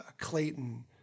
Clayton